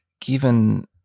given